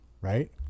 right